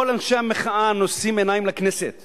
כל אנשי המחאה נושאים עיניים לכנסת